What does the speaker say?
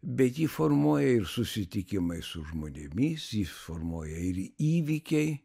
bet jį formuoja ir susitikimai su žmonėmis jį formuoja ir įvykiai